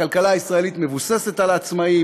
הכלכלה הישראלית מבוססת על העצמאים,